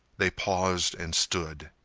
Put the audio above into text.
they paused and stood,